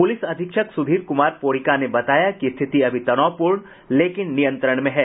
police अधीक्षक सुधीर कुमार पोरिका ने बताया कि स्थिति अभी तनावपूर्ण लेकिन नियंत्रण में है